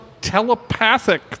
telepathic